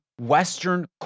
Western